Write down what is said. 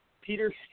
Peter